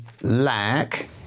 lack